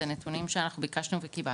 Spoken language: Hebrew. זה נתונים שאנחנו ביקשנו וקיבלנו.